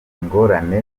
ingorane